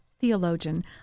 theologian